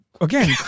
Again